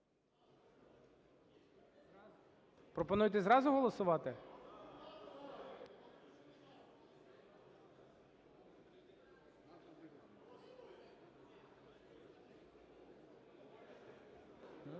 Пропонуєте зразу голосувати? (Тут